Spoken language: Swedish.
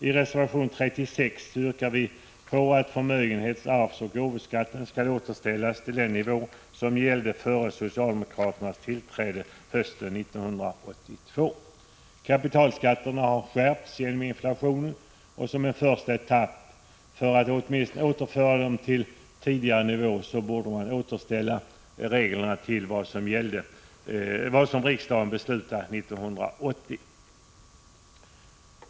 I reservation 36 yrkar vi på att förmögenhets-, arvsoch gåvoskatten skall återställas till den nivå som gällde före socialdemokraternas tillträde hösten 1982. Kapitalskatterna har skärpts genom inflationen. Som en första åtgärd för att åtminstone återföra dem till tidigare nivå, borde reglerna återställas till det som riksdagen beslutade 1980.